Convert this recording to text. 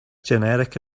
generic